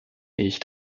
ich